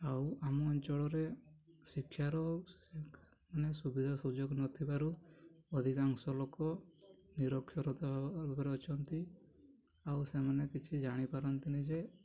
ଆଉ ଆମ ଅଞ୍ଚଳରେ ଶିକ୍ଷାର ମାନେ ସୁବିଧା ସୁଯୋଗ ନଥିବାରୁ ଅଧିକାଂଶ ଲୋକ ନିରକ୍ଷରତା ଭାବରେ ଅଛନ୍ତି ଆଉ ସେମାନେ କିଛି ଜାଣିପାରନ୍ତିନି ଯେ